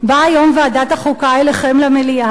באה היום ועדת החוקה אליכם למליאה,